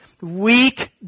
weak